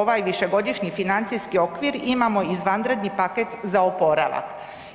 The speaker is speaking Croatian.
ovaj višegodišnji financijski okvir imamo izvanredni paket za oporavak.